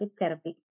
therapy